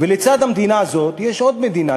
ולצד המדינה הזאת יש עוד מדינה.